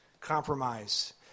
compromise